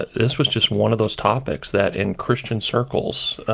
this was just one of those topics that in christian circles,